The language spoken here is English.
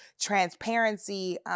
transparency